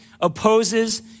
opposes